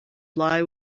fly